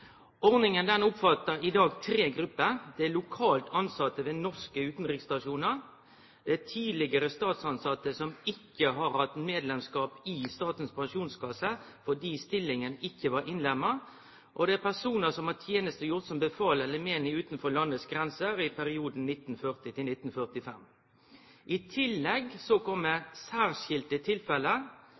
Ordninga omfattar i dag tre grupper. Det er lokalt tilsette ved norske utanriksstasjonar, det er tidlegare statstilsette som ikkje har hatt medlemskap i Statens pensjonskasse fordi stillinga ikkje var innlemma, og det er personar som har tenestegjort som befal eller meinig utanfor landets grenser i perioden 1940–1945. I tillegg kjem særskilte tilfelle